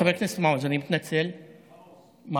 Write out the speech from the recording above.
חבר הכנסת מעוז, אני מתנצל, מעוז.